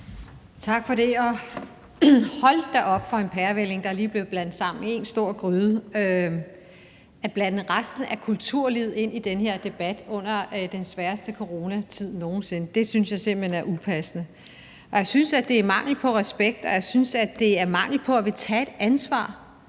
Tak for det. Hold da op for en pærevælling, der lige blev blandet sammen i én stor gryde. At blande resten af kulturlivet ind i den her debat under den sværeste coronatid nogen sinde synes jeg simpelt hen er upassende. Jeg synes, det er mangel på respekt, og jeg synes, at det er mangel på at ville tage et ansvar.